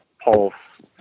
pulse